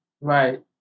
Right